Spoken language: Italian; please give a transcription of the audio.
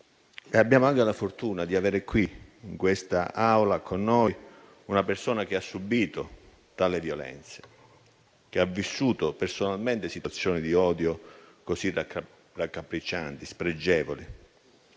Abbiamo anche la fortuna di avere qui, con noi in quest'Aula, una persona che ha subito tale violenza, che ha vissuto personalmente situazioni di odio così raccapriccianti e spregevoli